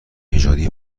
نژادی